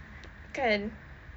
kan